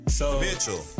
Mitchell